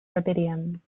rubidium